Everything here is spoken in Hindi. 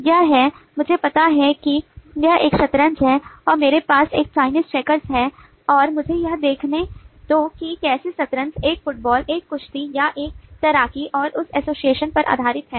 यह है मुझे पता है कि यह एक शतरंज है और मेरे पास एक Chinese checkers है और मुझे यह देखने दो कि कैसे शतरंज एक फुटबॉल एक कुश्ती या एक तैराकी और उस association पर आधारित है